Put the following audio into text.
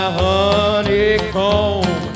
honeycomb